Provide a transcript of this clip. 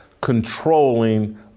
controlling